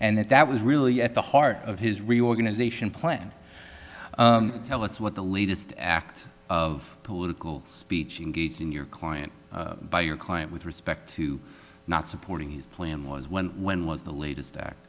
and that that was really at the heart of his reorganization plan tell us what the latest act of political speech in getting your client by your client with respect to not supporting his plan was when when was the latest act